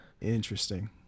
interesting